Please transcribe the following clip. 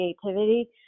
creativity